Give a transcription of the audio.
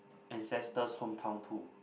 ancestors hometown too